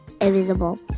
Invisible